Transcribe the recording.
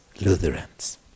Lutherans